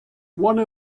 one